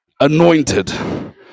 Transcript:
Anointed